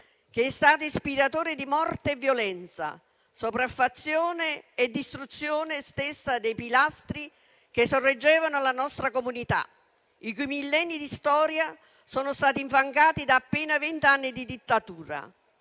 che è stato ispiratore di morte e violenza, sopraffazione e distruzione dei pilastri che sorreggevano la nostra comunità, i cui millenni di storia sono stati infangati da appena vent'anni di dittatura.